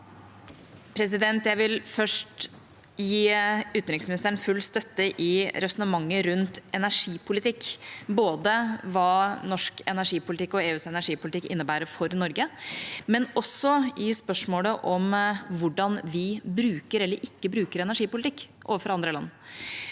Jeg vil først gi utenriksministeren full støtte i resonnementet rundt energipolitikk, både hva norsk energipolitikk og hva EUs energipolitikk innebærer for Norge, og også i spørsmålet om hvordan vi bruker eller ikke bruker energipolitikk overfor andre land.